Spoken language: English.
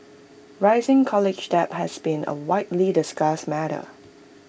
rising college debt has been A widely discussed matter